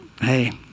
hey